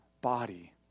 body